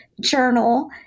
journal